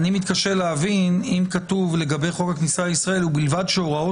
אני מתקשה להבין אם כתוב לגבי חוק הכניסה לישראל "ובלבד שהוראות